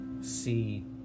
see